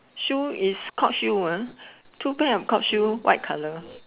shoe is court shoe ah two pair of court shoe white colour